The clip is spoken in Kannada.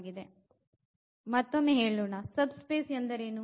ಮತ್ತೊಮ್ಮೆ ಸಬ್ ಸ್ಪೇಸ್ ಎಂದರೇನು